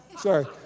sorry